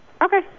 okay